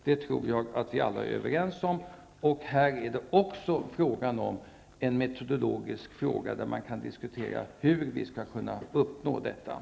Jag tror att vi alla är överens om detta. Här rör det sig också om en metodfråga. Man kan diskutera hur man skall kunna uppnå målet.